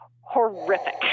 horrific